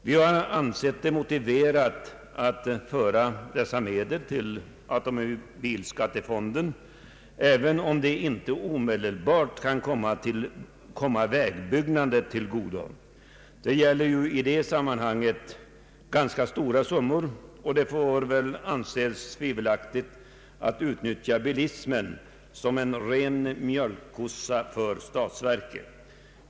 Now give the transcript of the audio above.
Vi har ansett det motiverat att föra dessa pengar till automobilskattefonden, även om de inte omedelbart kan komma vägbyggandet till godo. Det gäller ju i detta sammanhang ganska stora summor, och det får väl anses tvivelaktigt att utnyttja bilismen som en ren ”mjölkkossa” för statsverket.